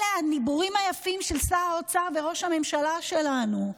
אלה הדיבורים היפים של שר האוצר וראש הממשלה שלנו.